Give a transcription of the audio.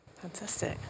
Fantastic